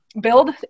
build